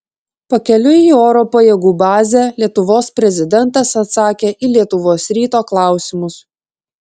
pakeliui į oro pajėgų bazę lietuvos prezidentas atsakė į lietuvos ryto klausimus